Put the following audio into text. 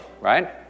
right